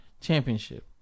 championship